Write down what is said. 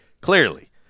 clearly